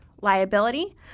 liability